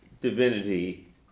divinity